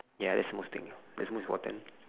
ya that's most im~ that's most important